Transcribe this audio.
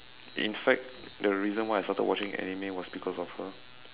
in fact the reason why I started watching anime was because of her